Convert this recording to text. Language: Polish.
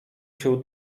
się